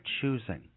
choosing